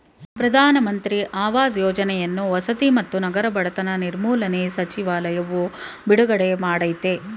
ಪ್ರಧಾನ ಮಂತ್ರಿ ಆವಾಸ್ ಯೋಜನೆಯನ್ನು ವಸತಿ ಮತ್ತು ನಗರ ಬಡತನ ನಿರ್ಮೂಲನೆ ಸಚಿವಾಲಯವು ಬಿಡುಗಡೆ ಮಾಡಯ್ತೆ